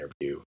interview